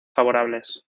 favorables